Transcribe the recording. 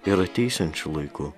ir ateisiančiu laiku